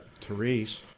Therese